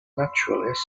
naturalist